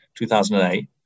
2008